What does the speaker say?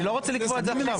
אני לא רוצה לקבוע את זה עכשיו.